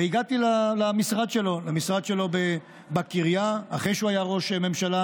והגעתי למשרד שלו בקריה אחרי שהוא היה ראש ממשלה,